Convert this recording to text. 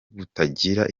butagira